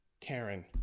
Karen